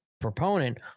proponent